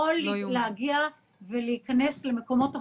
יכול להגיע ולהיכנס למקומות אחרים.